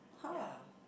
!huh!